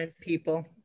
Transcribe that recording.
people